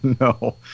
no